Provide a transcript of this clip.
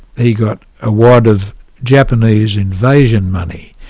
he got a wad of japanese invasion money,